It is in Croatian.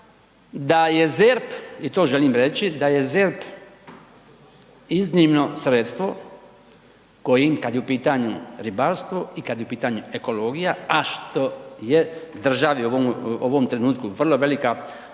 da je ZERP, i to želim reći, da je ZERP iznimno sredstvo kojim kada je u pitanju ribarstvo i kada je u pitanju ekologija, a što je državi u ovom trenutku vrlo veliki aparat,